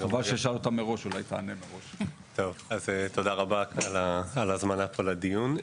תודה רבה על ההזמנה פה לדיון.